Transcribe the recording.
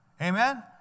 Amen